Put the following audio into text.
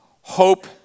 hope